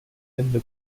ende